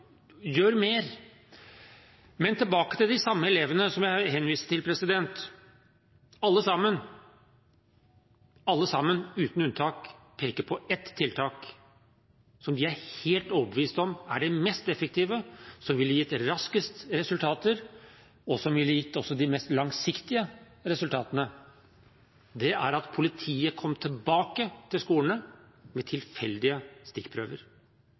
gjør mer! Men tilbake til de samme elevene som jeg henviste til. Alle sammen – uten unntak – peker på ett tiltak som de er helt overbevist om er det mest effektive, som ville gitt resultater raskest, og som også ville gitt de mest langsiktige resultatene. Det er at politiet kommer tilbake til skolene for tilfeldige stikkprøver.